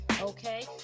Okay